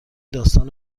داستان